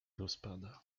rozpada